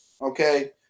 okay